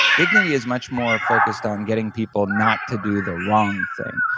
dignity is much more focused on getting people not to do the wrong thing,